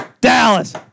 Dallas